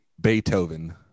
Beethoven